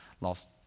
lost